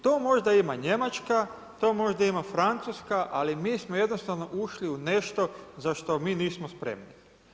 To možda ima Njemačka, to možda ima Francuska, ali mi smo jednostavno ušli u nešto za što mi nismo spremni.